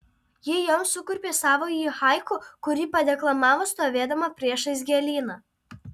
ji joms sukurpė savąjį haiku kurį padeklamavo stovėdama priešais gėlyną